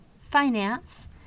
finance